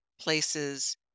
places